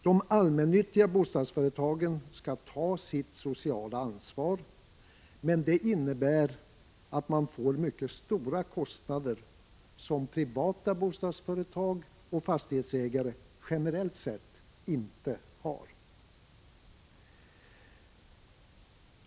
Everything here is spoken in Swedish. De allmännyttiga bostadsföretagen skall ta sitt sociala ansvar, men det innebär att de får mycket stora kostnader som privata bostadsföretag och fastighetsägare generellt sett inte har.